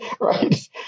right